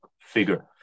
figure